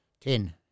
Ten